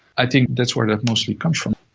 i think that's where that mostly comes from.